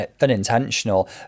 unintentional